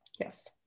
Yes